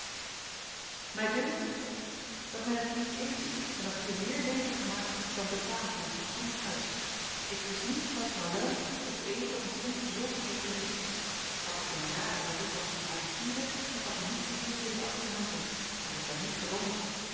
mij dunkt zeide hij dat men het hier niet eens is en dat hier meer leven gemaakt wordt dan betaamt in een fatsoenlijk huis ik wist niet mademoiselle dat ued ontving zulke drukke visites had ik kunnen raden dat dit was uw habitude ik had u niet verhuurd deze appartementen want ik ben niet gewoon